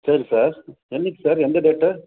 சரி சார் என்றைக்கி சார் எந்த டேட்டு